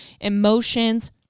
emotions